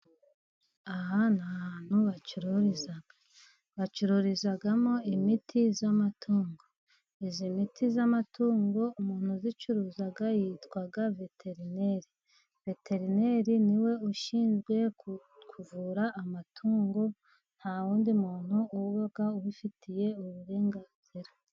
Aha ni ahantu bacururiza. Bacururizamo imiti y'amatungo, iyi miti y'amatungo umuntu uyicuruza yitwa veterineri. Veterineri niwe ushinzwe kuvura amatungo, nta wundi muntu uba ubifitiye uburenganzira.